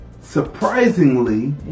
surprisingly